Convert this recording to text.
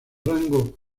rango